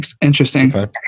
interesting